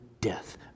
death